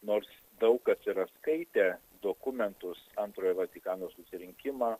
nors daug kas yra skaitę dokumentus antrojo vatikano susirinkimo